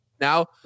now